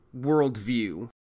worldview